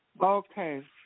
Okay